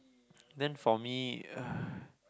then for me uh